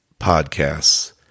Podcasts